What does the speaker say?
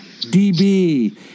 db